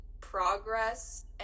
progress